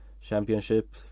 Championship